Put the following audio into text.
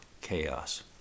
chaos